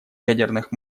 ядерных